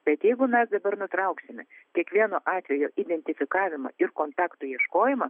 bet jeigu mes dabar nutrauksime kiekvieno atvejo identifikavimą ir kontaktų ieškojimą